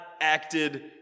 acted